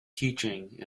teaching